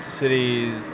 cities